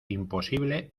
imposible